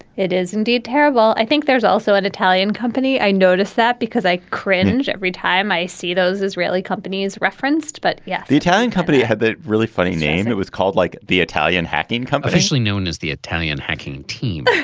it is indeed terrible. i think there's also an italian company. i notice that because i cringe every time i see those israeli companies referenced but yeah, the italian company had the really funny name it was called like the italian hacking compositionally known as the italian hacking team